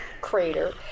Crater